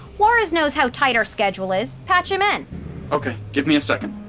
juarez knows how tight our schedule is. patch him in okay, give me a second